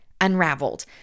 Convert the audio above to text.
Unraveled